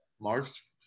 Mark's